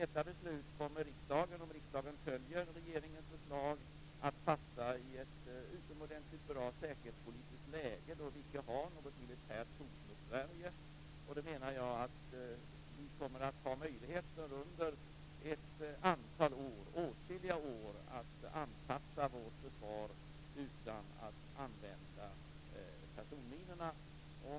Detta beslut kommer riksdagen, om riksdagen följer regeringens förslag, att fatta i ett utomordentligt bra säkerhetspolitiskt läge då vi icke har något militärt hot mot Sverige. Med det menar jag att vi kommer att ha möjligheter att under åtskilliga år anpassa vårt försvar utan att använda personminorna.